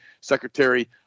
Secretary